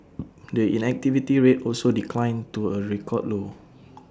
the inactivity rate also declined to A record low